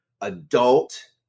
adult